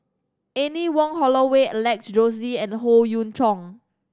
Anne Wong Holloway Alex Josey and Howe Yoon Chong